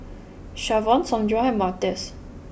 Shavon Sondra and Martez